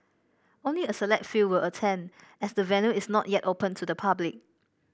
only a select few will attend as the venue is not yet open to the public